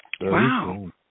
wow